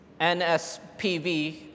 NSPV